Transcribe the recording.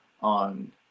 on